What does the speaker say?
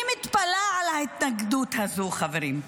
אני מתפלאת על ההתנגדות הזאת, חברים.